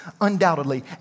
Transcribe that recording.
undoubtedly